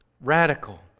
radical